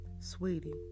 sweetie